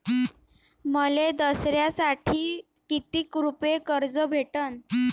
मले दसऱ्यासाठी कितीक रुपये कर्ज भेटन?